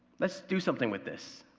let's do something with this.